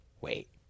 Wait